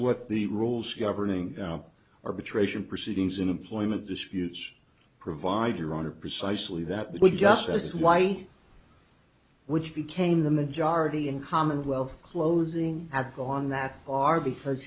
what the rules governing arbitration proceedings in employment disputes provide iran are precisely that would just as white which became the majority in commonwealth closing have gone that far because